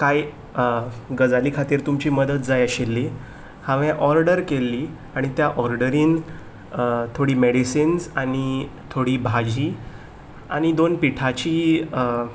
कांय गजाली खातीर तुमची मजत जाय आशिल्ली हांवें ऑर्डर केल्ली आनी त्या ऑर्डरीन थोडीं मेडिसिन्स आनी थोडी भाजी आनी दोन पिठाचीं